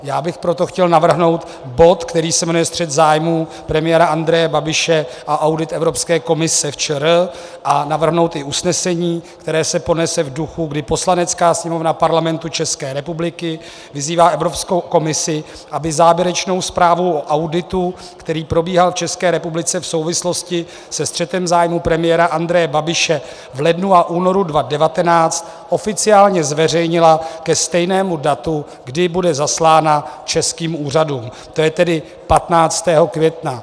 Já bych proto chtěl navrhnout bod, který se jmenuje Střet zájmů premiéra Andreje Babiše a audit Evropské komise v ČR, a navrhnout i usnesení, které se ponese v duchu, kdy Poslanecká sněmovna Parlamentu České republiky vyzývá Evropskou komisi, aby závěrečnou zprávu o auditu, který probíhal v České republice v souvislosti se střetem zájmů premiéra Andreje Babiše v lednu a v únoru 2019, oficiálně zveřejnila ke stejnému datu, kdy bude zaslána českým úřadům, to je tedy 15. května.